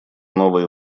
новые